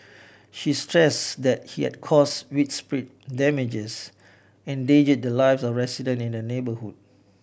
she stress the he had cause widespread damages and endangered the lives of residents in the neighbourhood